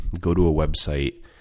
go-to-a-website